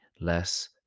less